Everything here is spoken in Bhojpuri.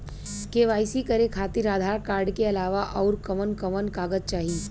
के.वाइ.सी करे खातिर आधार कार्ड के अलावा आउरकवन कवन कागज चाहीं?